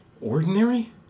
ordinary